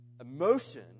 emotion